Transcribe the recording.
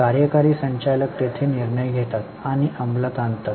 कार्यकारी संचालक तेथे निर्णय घेतात आणि अंमलात आणतात